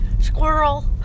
Squirrel